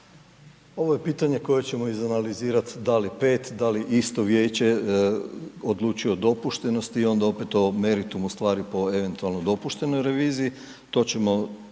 Ovo je pitanje koje ćemo izanalizirati da li 5, da li isto vijeće odlučuje o dopuštenosti onda opet o meritumu stvari po eventualno dopuštenoj reviziji,